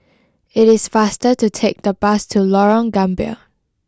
it is faster to take the bus to Lorong Gambir